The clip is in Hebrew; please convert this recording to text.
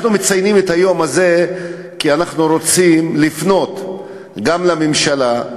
אנחנו מציינים את היום הזה כי אנחנו רוצים לפנות גם לממשלה,